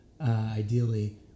ideally